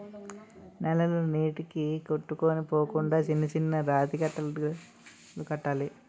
నేలలు నీటికి కొట్టుకొని పోకుండా చిన్న చిన్న రాతికట్టడాలు కట్టాలి